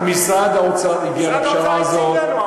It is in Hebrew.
משרד האוצר הציג לנו,